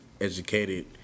educated